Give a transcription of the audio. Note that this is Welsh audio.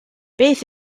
beth